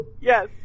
Yes